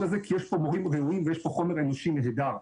הזה כי יש פה מורים ראויים ויש פה חומר אנושי נהדר.